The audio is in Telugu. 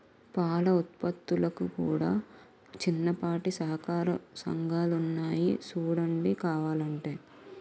పాల ఉత్పత్తులకు కూడా చిన్నపాటి సహకార సంఘాలున్నాయి సూడండి కావలంటే